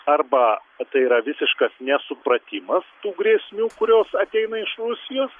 arba tai yra visiškas nesupratimas tų grėsmių kurios ateina iš rusijos